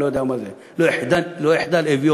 אני לא יודע מה זה: "לא יחדל אביון"